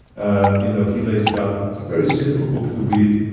ah you know he lays it out. it's a very simple book to read,